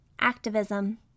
activism